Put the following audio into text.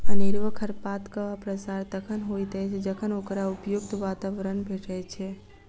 अनेरूआ खरपातक प्रसार तखन होइत अछि जखन ओकरा उपयुक्त वातावरण भेटैत छै